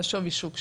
לשווי השוק שלהם.